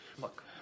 Look